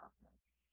process